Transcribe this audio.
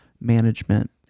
management